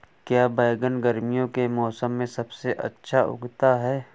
क्या बैगन गर्मियों के मौसम में सबसे अच्छा उगता है?